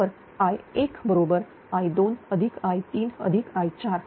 तर I1 बरोबर i2i3i4